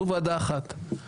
זו ועדה אחת.